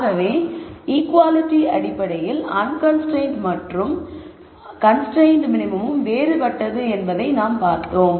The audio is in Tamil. ஆகவே ஈக்குவாலிட்டி அடிப்படையில் அன்கன்ஸ்ரைன்ட்டு மற்றும் கன்ஸ்ரைன்ட்டு மினிமமும் வேறுபட்டது என்பதை நாம் பார்த்தோம்